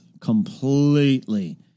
completely